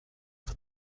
for